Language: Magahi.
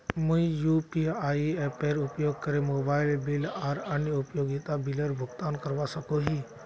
मुई यू.पी.आई एपेर उपयोग करे मोबाइल बिल आर अन्य उपयोगिता बिलेर भुगतान करवा सको ही